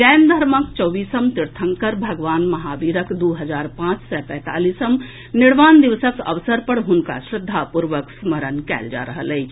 जैन धर्मक चौबीसम् तीर्थंकर भगवान महावीरक दू हजार पांच सय पैंतालीसम् निर्वाण दिवसक अवसर पर हुनका श्रद्धापूर्वक स्मरण कयल जा रहल अछि